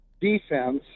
defense